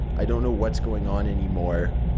i don't know what's going on anymore.